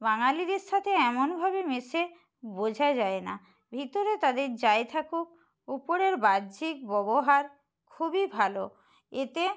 বাঙালিদের সাথে এমনভাবে মেশে বোঝা যায় না ভিতরে তাদের যাই থাকুক উপরের বাহ্যিক ব্যবহার খুবই ভালো এতে